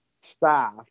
staff